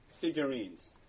figurines